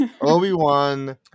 Obi-Wan